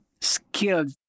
Skilled